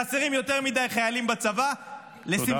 חסרים יותר מדי חיילים בצבא -- תודה רבה.